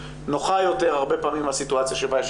נוחה יותר הרבה פעמים הסיטואציה שבה יש